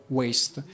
waste